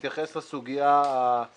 הדיון היום לא מתייחס לסוגיה האזרחית,